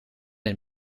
het